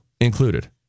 included